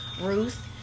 Ruth